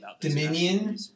Dominion